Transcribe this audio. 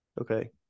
Okay